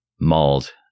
Mauled